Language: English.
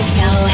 go